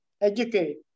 educate